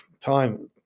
time